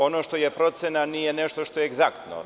Ono što je procena, nije nešto, što je egzaktno.